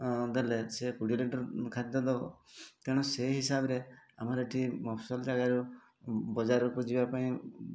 ଦେଲେ ସେ କୋଡ଼ିଏ ଲିଟର୍ ଖାଦ୍ୟ ଦେବ କାରଣ ସେଇ ହିସାବରେ ଆମର ଏଠି ମଫସଲ୍ ଜାଗାରୁ ବଜାରକୁ ଯିବା ପାଇଁ